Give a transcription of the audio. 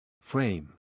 Frame